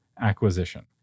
acquisition